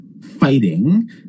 fighting